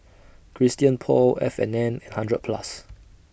Christian Paul F and N and hundred Plus